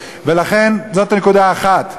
ולכן, זאת נקודה אחת.